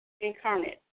incarnate